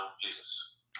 Jesus